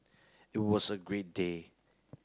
it was a great day